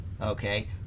okay